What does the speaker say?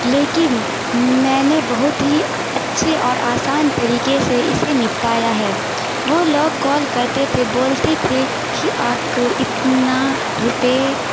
لیکن میں نے بہت ہی اچّھے اور آسان طریقے سے اسے نپٹایا ہے وہ لوگ کال کرتے تھے بولتے تھے کہ آپ کو اتنا روپے